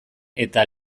eta